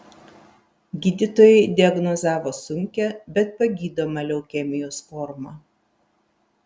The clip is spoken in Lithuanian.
gydytojai diagnozavo sunkią bet pagydomą leukemijos formą